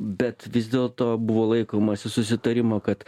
bet vis dėlto buvo laikomasi susitarimo kad